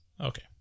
Okay